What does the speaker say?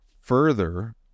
further